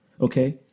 Okay